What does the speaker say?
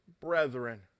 brethren